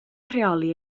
rheoli